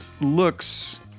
looks